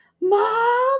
mom